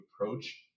approach